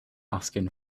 asking